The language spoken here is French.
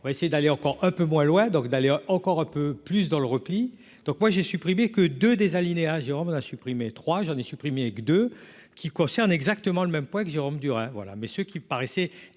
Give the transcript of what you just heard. on va essayer d'aller encore un peu moins loin donc d'aller encore un peu plus dans le repli, donc moi j'ai supprimé que 2 des alinéas Jérôme supprimer trois j'en ai supprimé avec deux qui concerne exactement le même poids que Jérôme Durain voilà messieurs qui paraissait